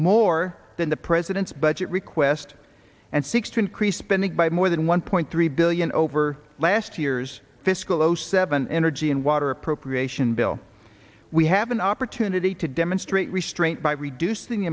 more than the president's budget request and seeks to increase spending by more than one point three billion over last year's fiscal zero seven energy and water appropriation bill we have an opportunity to demonstrate restraint by reducing the